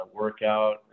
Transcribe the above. workout